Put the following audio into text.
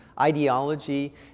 ideology